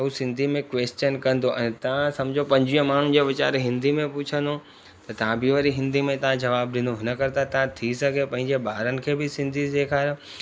त हू सिंधी में क्वेश्चन कंदो ऐं तव्हां समुझो पंजीह माण्हुनि जे वीचार में हिंदी में पुछंदो त तव्हां बि वरी हिंदी में तव्हां जवाब ॾींदव हिन करे तव्हां थी सघेव पंहिंजे ॿारनि खे बि सिंधी सेखारियो